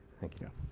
thank you.